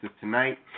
tonight